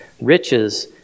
riches